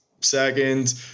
second